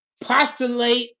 Postulate